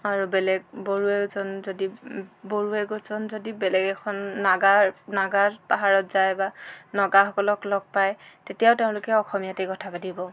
আৰু বেলেগ বড়ো এজন যদি বড়ো এজন যদি বেলেগ এখন নাগা নাগা পাহৰত যায় বা নাগাসকলক লগ পায় তেতিয়াও তেওঁলোকে অসমীয়াতেই কথা পাতিব